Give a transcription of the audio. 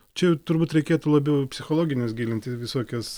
čia jau turbūt reikėtų labiau į psichologines gilinti visokias